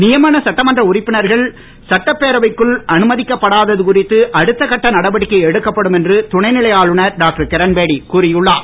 நியமன சட்டமன்ற உறுப்பினர்கள் சட்டப்பேரவைக்குள் அனுமதிக்கபடாதது குறித்து அடுத்த கட்ட நடவடிக்கை எடுக்கப்படும் என்று துணைநிலை ஆளுநர் டாக்டர் கிரண்பேடி கூறியுள்ளார்